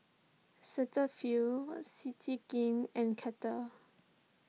Cetaphil Citigem and Kettle